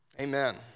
Amen